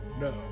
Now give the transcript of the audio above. No